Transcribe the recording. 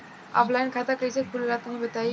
Offline खाता कइसे खुले ला तनि बताई?